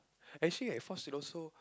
actually at Fort Siloso